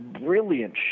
brilliant